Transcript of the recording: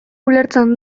ulertzen